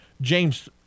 James